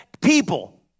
People